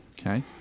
Okay